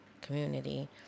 community